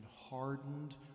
hardened